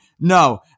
No